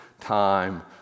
time